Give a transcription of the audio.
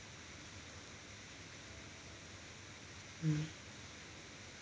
mm